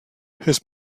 his